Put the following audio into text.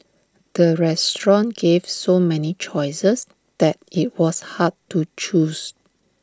the restaurant gave so many choices that IT was hard to choose